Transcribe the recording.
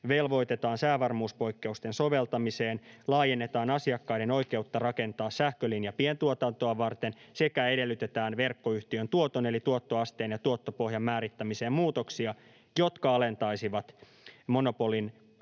velvoitetaan säävarmuuspoikkeusten soveltamiseen, laajennetaan asiakkaiden oikeutta rakentaa sähkölinja pientuotantoa varten sekä edellytetään verkkoyhtiön tuoton eli tuottoasteen ja tuottopohjan määrittämiseen muutoksia, jotka alentaisivat monopolin